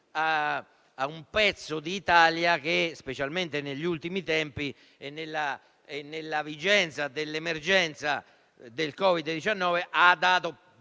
a un pezzo d'Italia che, specialmente negli ultimi tempi e nella vigenza dell'emergenza Covid-19, ha dato ottima